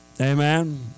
Amen